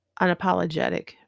unapologetic